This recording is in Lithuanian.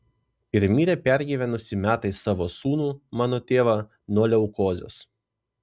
ir mirė pergyvenusi metais savo sūnų mano tėvą nuo leukozės